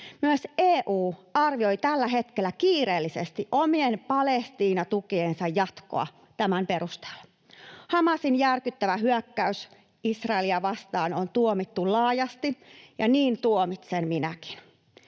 Myös EU arvioi tällä hetkellä kiireellisesti omien Palestiina-tukiensa jatkoa tämän perusteella. Hamasin järkyttävä hyökkäys Israelia vastaan on tuomittu laajasti, ja niin tuomitsen minäkin.